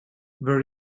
there